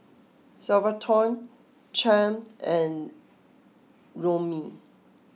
Salvatore Champ and Romie